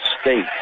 state